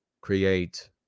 create